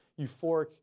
euphoric